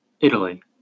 Italy